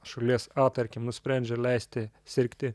šalies a tarkim nusprendžia leisti sirgti